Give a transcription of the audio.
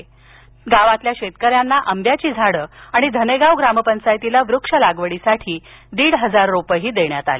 तसंच गावातील शेकऱ्याना आंब्यांची झाडं आणि धनेगाव ग्रामपंचायतीला वृक्ष लागवडीसाठी दीड हजार रोपं देण्यात आली